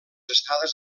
estades